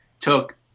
took